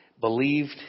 believed